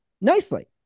nicely